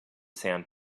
sand